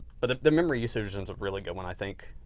but the the memory usage is a really good one, i think,